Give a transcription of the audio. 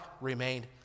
remained